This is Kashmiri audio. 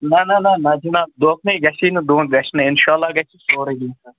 نَہ نَہ نَہ نَہ جِناب دھوکہٕ نَے گژھی نہٕ دھوکہٕ گژھِ نہٕ اِنشاء اللہ گژھِ سورُے